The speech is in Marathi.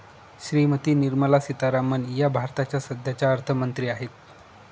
श्रीमती निर्मला सीतारामन या भारताच्या सध्याच्या अर्थमंत्री आहेत